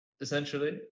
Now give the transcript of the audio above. Essentially